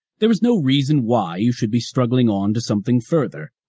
there is no reason why you should be struggling on to something further.